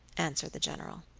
answered the general.